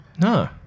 No